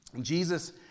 Jesus